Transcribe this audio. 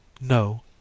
No